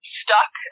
stuck